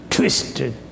Twisted